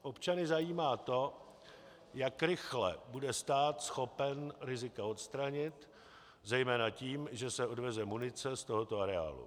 Občany zajímá to, jak rychle bude stát schopen rizika odstranit, zejména tím, že se odveze munice z tohoto areálu.